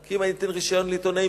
כי אם אני אתן רשיון לעיתונאים,